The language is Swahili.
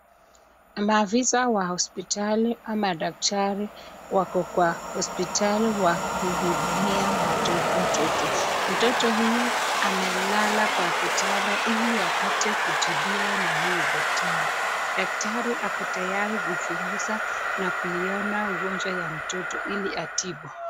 Mafisa wa hospitali ama daktari wako kwa hospitali wakihudumia mtoto, mtoto huyu amelala kwa kitanda hili hapate kutibiwa na huyu daktari, daktari hako tayari kuchunguza na kuiona ugonjwa ya mtoto hili hatibu.